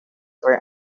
were